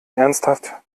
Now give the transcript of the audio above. ernsthaft